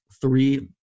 three